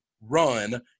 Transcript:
run